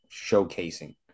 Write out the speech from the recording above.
showcasing